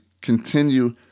continue